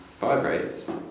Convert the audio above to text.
vibrates